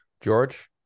George